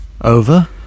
Over